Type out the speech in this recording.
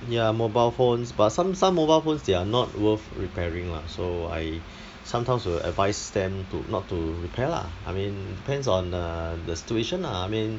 ya mobile phones but some some mobile phones they are not worth repairing lah so I sometimes will advise them to not to repair lah I mean depends on uh the situation lah I mean